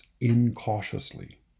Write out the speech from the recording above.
incautiously